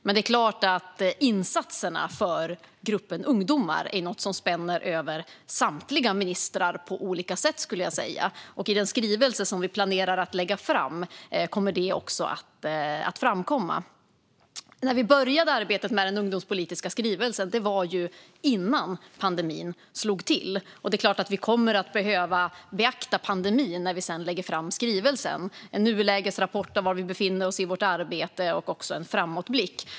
Men det är klart att insatserna för gruppen ungdomar är något som spänner över samtliga ministrar på olika sätt, skulle jag vilja säga. I den skrivelse som vi planerar att lägga fram kommer detta också att framkomma. När vi började arbetet med den ungdomspolitiska skrivelsen hade pandemin ännu inte slagit till. När vi sedan lägger fram skrivelsen är det klart att vi kommer att behöva beakta pandemin i form av en nulägesrapport om var vi befinner oss i vårt arbete och också i en framåtblick.